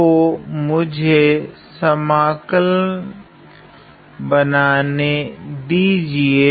तो मुझे समाकल बनाने दीजिए